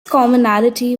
commonality